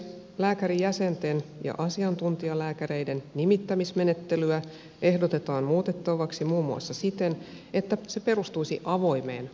lääkärijäsenten ja asiantuntijalääkäreiden nimittämismenettelyä ehdotetaan muutettavaksi muun maussa siten että se perustuisi avoimeen hakuun